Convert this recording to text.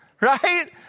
right